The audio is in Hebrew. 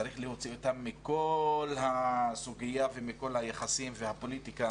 צריך להוציא אותם מכל הסוגיה ומכל היחסים והפוליטיקה